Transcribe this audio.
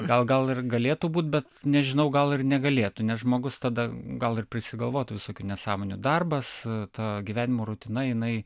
gal gal ir galėtų būt bet nežinau gal ir negalėtų nes žmogus tada gal ir prisigalvotų visokių nesąmonių darbas ta gyvenimo rutina jinai